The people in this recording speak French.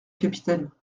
capitaine